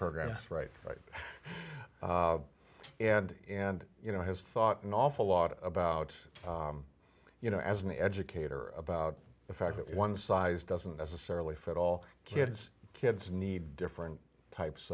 programs right right and and you know has thought an awful lot about you know as an educator about the fact that one size doesn't necessarily fit all kids kids need different types